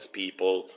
people